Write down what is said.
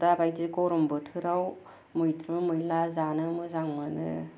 दा बायदि गरम बोथोराव मैद्रु मैला जानो मोजां मोनो